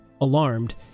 Alarmed